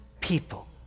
people